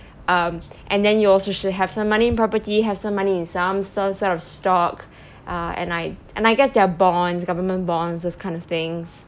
um and then you also should have some money in property have some money in some sort of stock uh and I and I guess there are bonds government bonds those kind of things